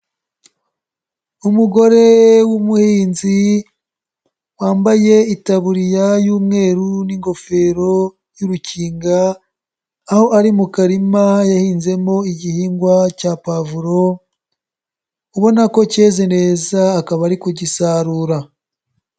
Umugore w'umuhinzi wambaye itaburiya y'umweru n'ingofero y'urukinga, aho ari mu karima yahinzemo igihingwa cya pavuro ubona ko keze neza akaba ari kugisarura.